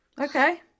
Okay